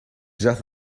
just